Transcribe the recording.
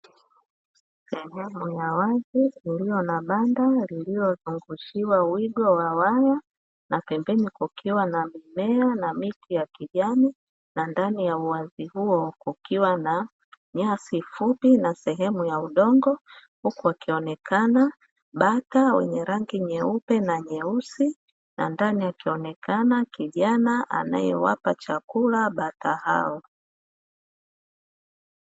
Eneo la wazi lililo na banda lililozungushiwa wigo wa waya na pembeni, kukiwa na mimea na miti ya kijani na ndani ya uwazi huo kukiwa na nyasi fupi na sehemu ya udongo huku wakionekana bata wenye rangi nyeupe na nyeusi na ndani akionekana kijana anaewapa chakula bata hao.